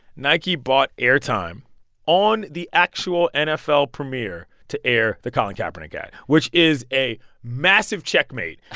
nike bought airtime on the actual nfl premiere to air the colin kaepernick ad, which is a massive checkmate.